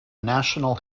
national